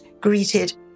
greeted